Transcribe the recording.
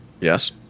Yes